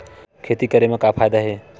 खेती करे म का फ़ायदा हे?